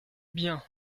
bien